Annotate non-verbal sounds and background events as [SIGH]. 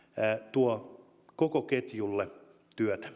tuo koko ketjulle työtä [UNINTELLIGIBLE]